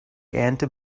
ernte